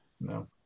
No